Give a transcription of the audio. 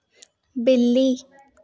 बिल्ली